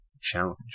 challenge